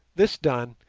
this done,